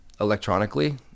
electronically